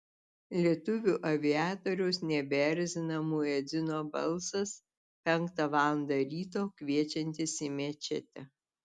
lietuvių aviatoriaus nebeerzina muedzino balsas penktą valandą ryto kviečiantis į mečetę